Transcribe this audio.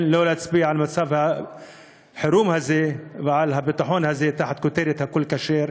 לא להצביע על מצב החירום הזה ועל הביטחון הזה תחת כותרת הכול כשר,